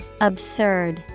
Absurd